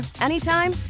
anytime